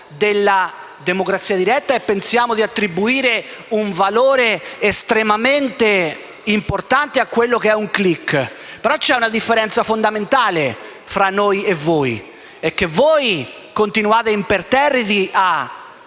della democrazia diretta e pensiamo di attribuire un valore estremamente importante a un clic, però c'è una differenza fondamentale fra noi e voi: voi continuate imperterriti ad